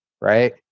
right